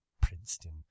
Princeton